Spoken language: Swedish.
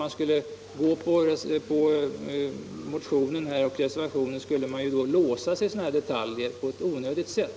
Ett bifall till motionen och reservationen innebär att man låser sig i sådana här detaljer på ett onödigt sätt.